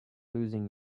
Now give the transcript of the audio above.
losing